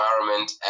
environment